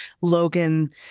Logan